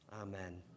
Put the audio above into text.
Amen